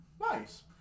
Nice